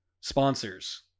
Sponsors